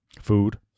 food